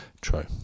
True